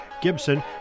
Gibson